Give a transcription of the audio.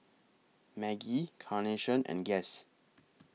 Maggi Carnation and Guess